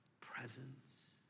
presence